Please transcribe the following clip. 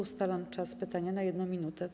Ustalam czas pytania na 1 minutę.